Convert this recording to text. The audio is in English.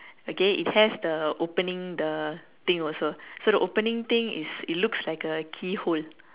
okay it has the opening the thing also so the opening thing is it looks like a key hole